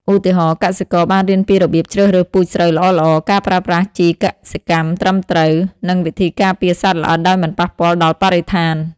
ឧទាហរណ៍ កសិករបានរៀនពីរបៀបជ្រើសរើសពូជស្រូវល្អៗ ការប្រើប្រាស់ជីកសិកម្មត្រឹមត្រូវ និងវិធីការពារសត្វល្អិតដោយមិនប៉ះពាល់ដល់បរិស្ថាន។